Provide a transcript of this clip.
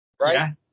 Right